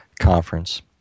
conference